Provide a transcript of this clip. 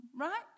right